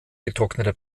getrocknete